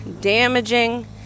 damaging